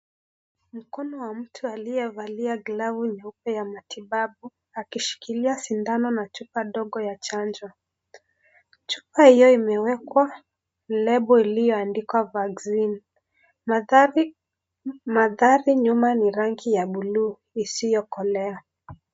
Mkono wa mtu aliyevalia glavu nyeupe ya matibabu ,akishikilia sindano na chupa ndogo ya chanjo. Chupa hiyo imewekwa lebo iliyoandikwa vaccine .Mandhari nyuma ni rangi ya buluu isiyokolea.